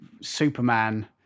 Superman